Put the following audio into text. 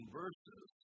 verses